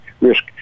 risk